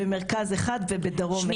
במרכז אחת ובדרום אחת.